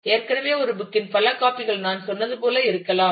எனவே ஒரே புக் இன் பல காபிகள் நான் சொன்னது போல் இருக்கலாம்